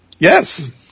Yes